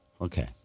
okay